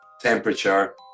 temperature